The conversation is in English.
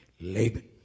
Laban